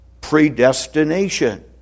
predestination